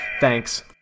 Thanks